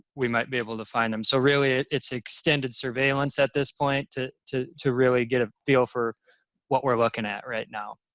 we might be able to find them. so really it's extended surveillance at this point to to really get a feel for what we're looking at right now.